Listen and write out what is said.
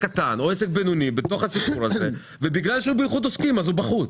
קטן או עסק בינוני בתוך הסיפור הזה ובגלל שהוא באיחוד עוסקים הוא בחוץ.